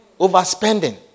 Overspending